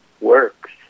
works